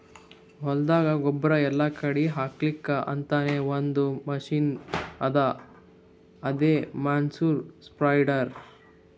ಹೊಲ್ದಾಗ ಗೊಬ್ಬುರ್ ಎಲ್ಲಾ ಕಡಿ ಹಾಕಲಕ್ಕ್ ಅಂತಾನೆ ಒಂದ್ ಮಷಿನ್ ಅದಾ ಅದೇ ಮ್ಯಾನ್ಯೂರ್ ಸ್ಪ್ರೆಡರ್